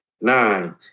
nine